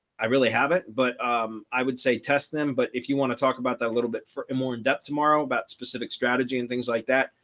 i really have it but i would say test them but if you want to talk about that a little bit more in depth tomorrow about specific strategy and things like that.